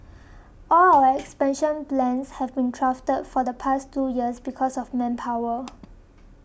all our expansion plans have been thwarted for the past two years because of manpower